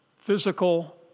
physical